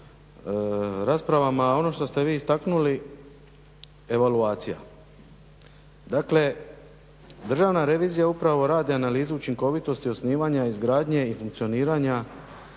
raspravama, a ono što ste vi istaknuli evaluacija. Dakle, Državna revizija upravo radi analizu učinkovitosti osnivanja, izgradnje i funkcioniranja